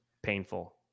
Painful